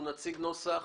נציג נוסח